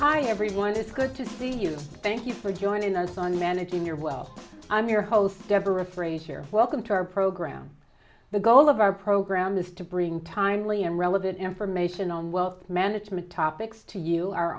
hi everyone it's good to see you thank you for joining us on managing your well i'm your host deborah frasier welcome to our program the goal of our program is to bring timely and relevant information on wealth management topics to you